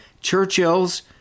Churchills